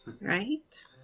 right